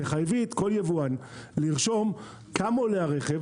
תחייבי כל יבואן לרשום כמה עולה הרכב